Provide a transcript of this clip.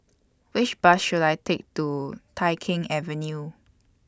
Which Bus should I Take to Tai Keng Avenue